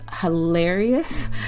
hilarious